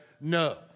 no